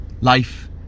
life